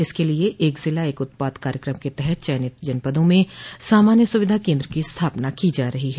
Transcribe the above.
इसके लिए एक जिला एक उत्पाद कार्यकम के तहत चयनित जनपदों में सामान्य सुविधा केन्द्र की स्थापना की जा रही है